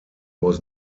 was